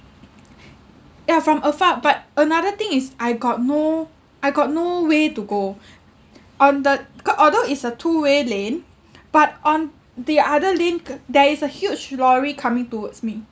ya from afar but another thing is I got no I got no way to go on that although is a two way lane but on the other lane there is a huge lorry coming towards me